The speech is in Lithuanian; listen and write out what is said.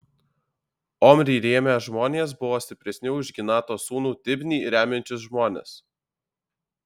omrį rėmę žmonės buvo stipresni už ginato sūnų tibnį remiančius žmones